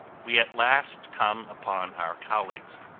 we at last come upon our colleagues.